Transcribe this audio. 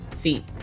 feet